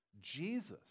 Jesus